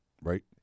right